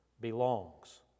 belongs